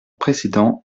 précédent